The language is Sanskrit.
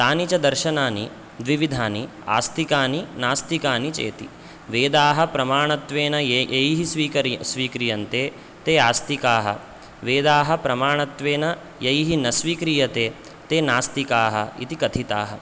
तानि च दर्शनानि द्विविधानि आस्तिकानि नास्तिकानि चेति वेदाः प्रमाणत्वेन ये यैः स्वीकर् स्वीक्रियन्ते ते आस्तिकाः वेदाः प्रमाणत्वेन यैः न स्वीक्रियते ते नास्तिकाः इति कथिताः